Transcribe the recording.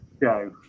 Joe